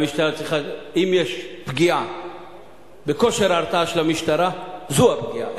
אם יש פגיעה בכושר ההרתעה של המשטרה, זאת הפגיעה.